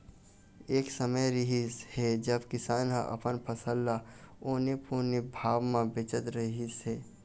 एक समे रिहिस हे जब किसान ह अपन फसल ल औने पौने भाव म बेचत रहिस हे